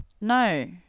No